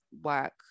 work